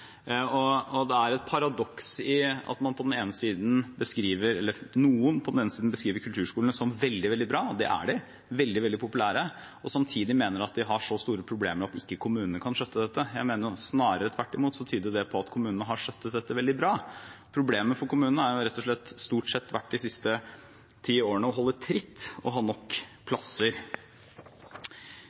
dette. Og det er et paradoks at noen på den ene siden beskriver kulturskolene som veldig, veldig bra, og det er de, de er veldig populære, og samtidig mener at de har så store problemer at ikke kommunene kan skjøtte dette. Jeg mener snarere tvert imot at det tyder på at kommunene har skjøttet dette veldig bra. Problemet for kommunene har rett og slett stort sett de siste ti årene vært å holde tritt og å ha nok plasser.